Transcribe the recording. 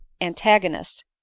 antagonist